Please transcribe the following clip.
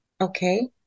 Okay